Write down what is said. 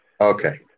Okay